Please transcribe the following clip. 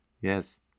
Yes